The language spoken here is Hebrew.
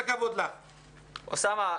אוסאמה,